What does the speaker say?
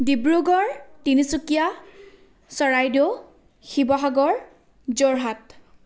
Dibrugarh Tinsukia Charaideo Sivasagar Jorhat